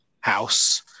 house